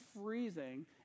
freezing